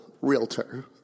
realtor